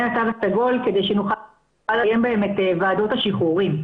התו הסגול כדי שנוכל לקיים בהם את ועדות השחרורים,